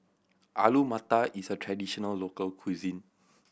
Alu Matar is a traditional local cuisine